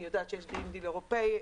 אני יודעת שיש "גרין דיל" אירופאי,